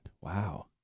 Wow